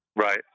Right